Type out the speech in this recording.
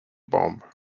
bomb